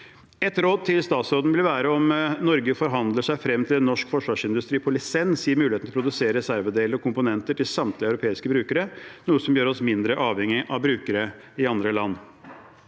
Et råd til statsråden vil være at Norge forhandler seg frem til en norsk forsvarsindustri på lisens, som gir mulighet til å produsere reservedeler og komponenter til samtlige europeiske brukere, noe som gjør oss mindre avhengig av brukere i andre land.